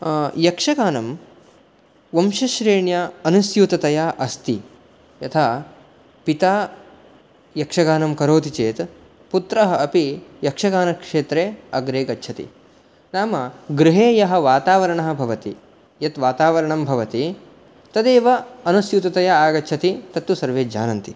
यक्षगानं वंशश्रेण्या अनुस्यूततया अस्ति यथा पिता यक्षगानं करोति चेत् पुत्रः अपि यक्षगानक्षेत्रे अग्रे गच्छति नाम गृहे यः वातावरणः भवति यत् वातावरणं भवति तदेव अनुस्यूततया आगच्छति तत्तु सर्वे जानन्ति